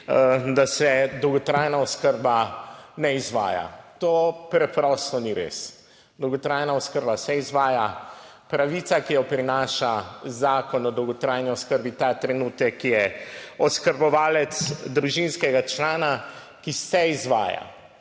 da se dolgotrajna oskrba ne izvaja. To preprosto ni res. Dolgotrajna oskrba se izvaja, pravica, ki jo prinaša Zakon o dolgotrajni oskrbi ta trenutek je oskrbovalec družinskega člana, ki se izvaja.